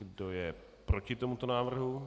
Kdo je proti tomuto návrhu?